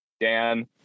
Dan